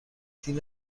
دین